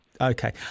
Okay